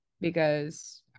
because-